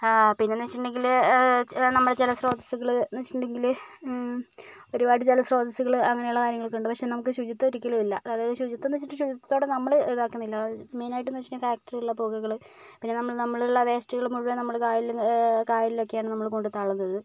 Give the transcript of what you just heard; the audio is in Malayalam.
പിന്നെ എന്ന് വെച്ചിട്ടുണ്ടെങ്കില് നമ്മൾ ജല സ്രോതസുകള് എന്ന് വെച്ചട്ടുണ്ടെങ്കില് ഒരുപാട് ജല സ്രോതസുകള് അങ്ങനെയുള്ള കാര്യങ്ങളൊക്കെ ഉണ്ട് പക്ഷെ നമുക്ക് ശുചത്വം ഒരിക്കലും ഇല്ല അതായത് ശുചിത്വം എന്ന് വെച്ചാൽ ശുചിത്വത്തോടെ നമ്മൾ ഇതാക്കുന്നില്ല മെയിൻ ആയിട്ട് എന്ന് വെച്ചാൽ ഫാക്ടറിയിലെ പുകകള് പിന്നെ നമ്മൾ നമ്മളിൽ ഉള്ള വേസ്റ്റുകൾ മുഴുവൻ നമ്മൾ കായലിൽ കായലിൽ ഒക്കെയാണ് നമ്മൾ കൊണ്ട് തള്ളുന്നത്